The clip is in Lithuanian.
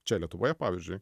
čia lietuvoje pavyzdžiui